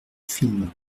film